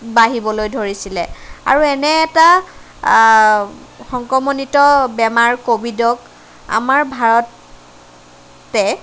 বাঢ়িবলৈ ধৰিছিলে আৰু এনে এটা সংক্ৰমনিত বেমাৰ কোভিডক আমাৰ ভাৰতে